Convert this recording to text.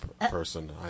person